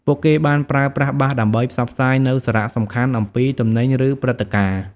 ពួកគេបានប្រើប្រាស់បាសដើម្បីផ្សព្វផ្សាយនូវសារសំខាន់ៗអំពីទំនិញឬព្រឹត្តិការណ៍។